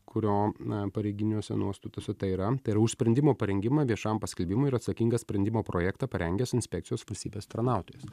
kurio na pareiginiuose nuostatuose tai yra tai yra už sprendimo parengimą viešam paskelbimui ir atsakingas sprendimo projektą parengęs inspekcijos valstybės tarnautojas